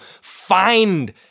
find